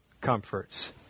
comforts